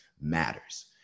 matters